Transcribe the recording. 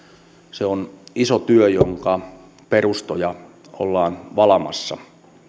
se on iso työ jonka perustoja ollaan valamassa